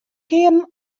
kearen